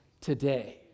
today